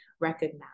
recognize